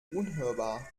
unhörbar